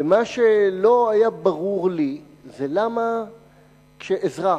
מה שלא היה ברור לי זה למה כשאזרח,